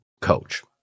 coach